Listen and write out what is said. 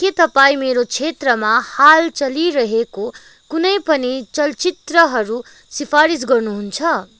के तपाईँ मेरो क्षेत्रमा हाल चलिरहेको कुनै पनि चलचित्रहरू सिफारिस गर्नुहुन्छ